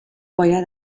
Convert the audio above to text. باید